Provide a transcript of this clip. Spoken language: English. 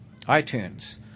iTunes